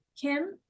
Kim